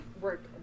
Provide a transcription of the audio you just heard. work